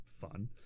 fun